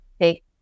take